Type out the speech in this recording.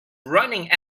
running